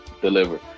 Deliver